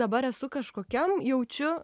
dabar esu kažkokiam jaučiu